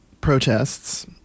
protests